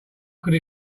could